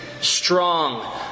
strong